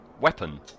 weapon